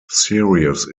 serious